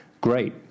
great